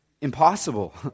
impossible